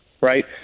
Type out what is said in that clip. right